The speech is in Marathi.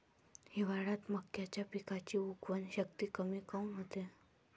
हिवाळ्यात मक्याच्या पिकाची उगवन शक्ती कमी काऊन होते?